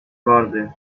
vardı